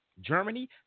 Germany